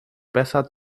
besser